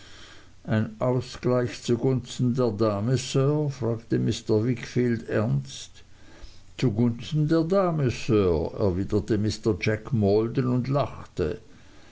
ein ausgleich zugunsten der dame sir fragte mr wickfield ernst zugunsten der dame sir erwiderte mr jack maldon und lachte